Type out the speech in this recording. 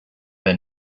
have